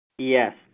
Yes